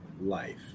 life